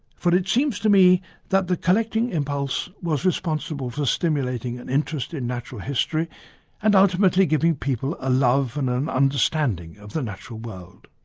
for it seems to me that the collecting impulse was responsible for stimulating an interest in natural history and ultimately giving people a love and an understanding of the natural world.